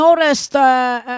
noticed